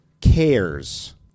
cares